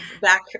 back